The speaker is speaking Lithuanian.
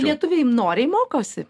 lietuviai noriai mokosi